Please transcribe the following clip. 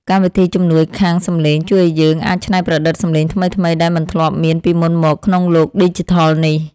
កម្មវិធីជំនួយខាងសំឡេងជួយឱ្យយើងអាចច្នៃប្រឌិតសំឡេងថ្មីៗដែលមិនធ្លាប់មានពីមុនមកក្នុងលោកឌីជីថលនេះ។